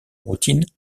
routine